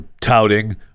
touting